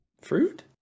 Fruit